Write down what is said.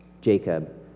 Jacob